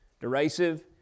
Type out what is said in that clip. Derisive